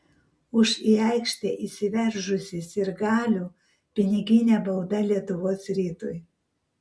už į aikštę įsiveržusį sirgalių piniginė bauda lietuvos rytui